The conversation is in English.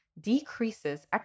decreases